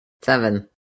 Seven